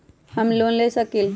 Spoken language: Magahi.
हम लोन ले सकील?